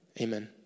Amen